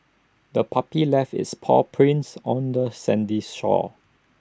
the puppy left its paw prints on the sandy shore